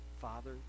father